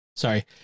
Sorry